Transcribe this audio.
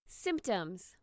symptoms